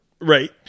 Right